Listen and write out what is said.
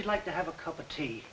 you'd like to have a cup of tea